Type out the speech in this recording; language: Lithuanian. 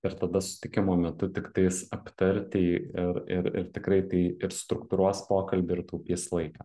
ir tada susitikimo metu tiktais aptarti i ir ir ir tikrai tai ir struktūruos pokalbį ir taupys laiką